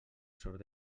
sort